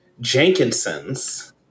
Jenkinson's